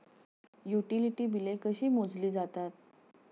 Utility बिले कशी मोजली जातात?